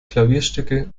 klavierstücke